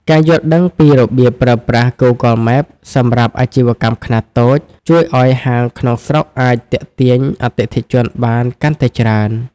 ការយល់ដឹងពីរបៀបប្រើប្រាស់ Google Maps សម្រាប់អាជីវកម្មខ្នាតតូច ជួយឱ្យហាងក្នុងស្រុកអាចទាក់ទាញអតិថិជនបានកាន់តែច្រើន។